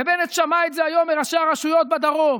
ובנט שמע את זה היום מראשי הרשויות בדרום.